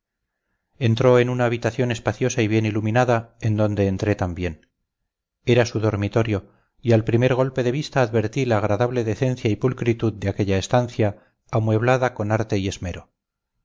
entró en una habitación espaciosa y bien iluminada en donde entré también era su dormitorio y al primer golpe de vista advertí la agradable decencia y pulcritud de aquella estancia amueblada con arte y esmero